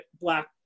black